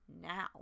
now